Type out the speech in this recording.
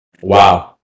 Wow